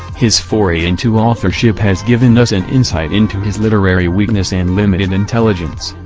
his foray into authorship has given us an insight into his literary weakness and limited intelligence.